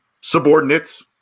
subordinates